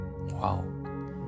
Wow